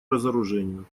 разоружению